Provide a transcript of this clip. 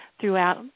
throughout